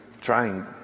trying